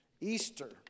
Easter